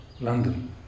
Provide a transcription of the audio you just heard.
London